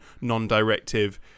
non-directive